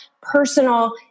personal